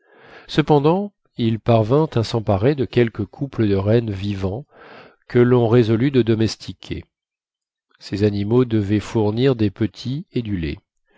cependant ils parvinrent à s'emparer de quelques couples de rennes vivants que l'on résolut de domestiquer ces animaux devaient fournir des petits et du lait